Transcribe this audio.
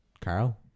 carl